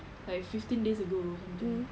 like fifteen days ago or something